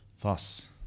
Thus